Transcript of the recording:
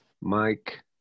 Mike